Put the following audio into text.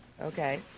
Okay